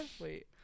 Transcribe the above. wait